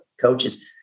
coaches